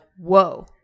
whoa